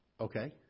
Okay